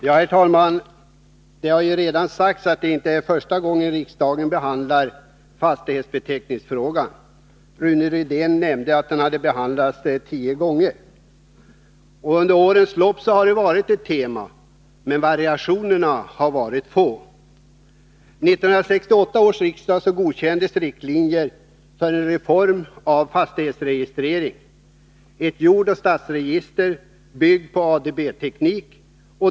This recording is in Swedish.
Herr talman! Såsom redan har sagts är det inte första gången riksdagen behandlar fastighetsbeteckningsfrågan. Rune Rydén nämnde att den har behandlats tio gånger. Det har under årens lopp varit ett tema, men variationerna har varit få. 1968 års riksdag godkände riktlinjer för en reform av fastighetsregistreringen, ett jordoch stadsregister byggt på ADB-teknik.